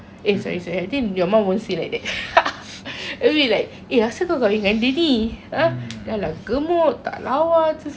anyway like eh asal kau kahwin dengan dia ni ha dah lah gemuk tak lawa tu semua but then it's like